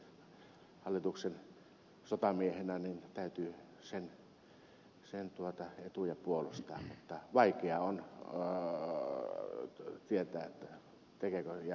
tietysti hallituksen sotamiehenä täytyy sen etuja puolustaa mutta vaikea on tietää menetteleekö tässä oikein